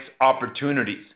opportunities